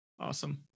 Awesome